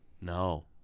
no